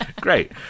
Great